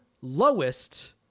lowest